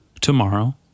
Tomorrow